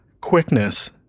quickness